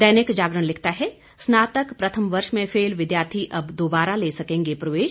दैनिक जागरण लिखता है स्नातक प्रथम वर्ष में फेल विद्यार्थी अब दोबारा ले सकेंगे प्रवेश